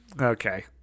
Okay